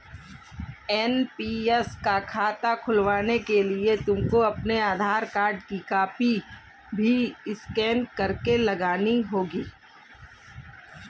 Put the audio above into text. NPS का खाता खुलवाने के लिए तुमको अपने आधार कार्ड की कॉपी भी स्कैन करके लगानी होगी